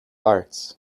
arts